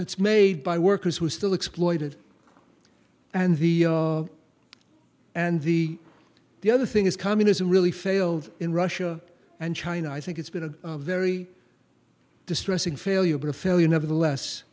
that's made by workers who still exploited and the and the the other thing is communism really failed in russia and china i think it's been a very distressing failure but a failure nevertheless